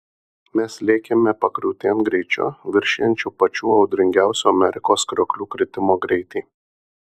mes lėkėme pakriūtėn greičiu viršijančiu pačių audringiausių amerikos krioklių kritimo greitį